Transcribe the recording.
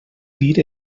dir